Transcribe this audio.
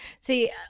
See